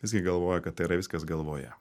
visgi galvoju kad tai yra viskas galvoje